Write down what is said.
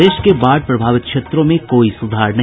प्रदेश के बाढ़ प्रभावित क्षेत्रों में कोई सुधार नहीं